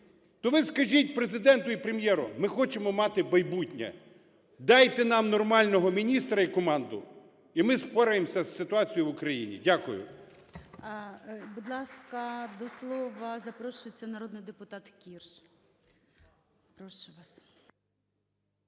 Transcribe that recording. То ви скажіть Президенту і Прем'єру: ми хочемо мати майбутнє, дайте нам нормального міністра і команду - і ми впораємося з ситуацією в Україні. Дякую.